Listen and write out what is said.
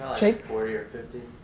jake? forty or fifty.